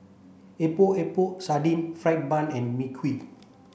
Epok Epok Sardin Fried Bun and Mui Kee